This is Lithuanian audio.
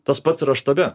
tas pats yra štabe